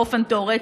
באופן תיאורטי,